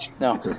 No